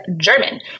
German